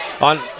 on